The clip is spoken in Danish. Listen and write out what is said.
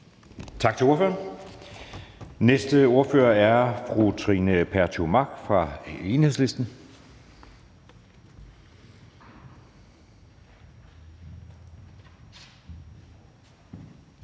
Tak til ordføreren. Næste ordfører er fru Trine Pertou Mach fra Enhedslisten. Kl.